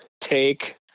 take